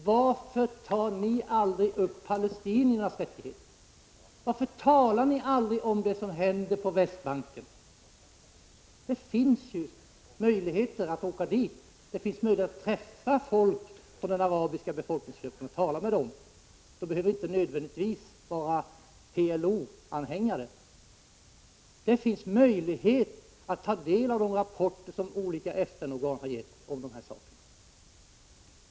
Varför tar ni aldrig upp palestiniernas rättigheter? Varför talar ni aldrig om det som händer på Västbanken? Det finns möjlighet att åka dit, att träffa folk ur den arabiska befolkningsgruppen och tala med dem — det behöver inte nödvändigtvis vara PLO-anhängare. Det finns möjlighet att ta del av de rapporter som olika FN-organ har sammanställt.